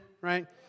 right